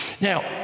Now